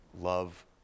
love